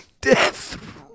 Death